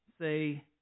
say